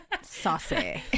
saucy